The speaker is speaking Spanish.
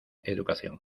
educación